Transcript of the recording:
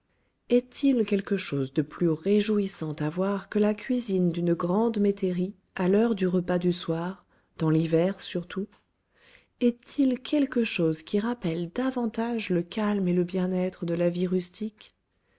est-il quelque chose de plus réjouissant à voir que la cuisine d'une grande métairie à l'heure du repas du soir dans l'hiver surtout est-il quelque chose qui rappelle davantage le calme et le bien-être de la vie rustique